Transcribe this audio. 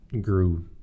grew